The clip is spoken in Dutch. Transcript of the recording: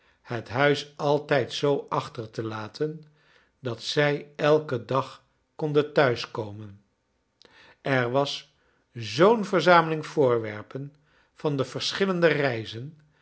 het huis altrjd zoo i achter te laten dat zij elken dag konden thuiskomen er was zoo'n verzameling voorwerpen van de verse hi llende reizen